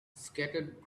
scattered